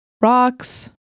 Rocks